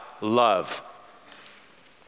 love